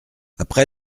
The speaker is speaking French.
après